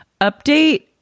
update